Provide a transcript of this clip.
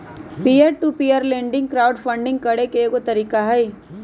peer to peer lending crowd funding करे के एगो तरीका हई